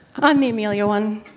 i'm the amelia one.